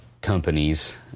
companies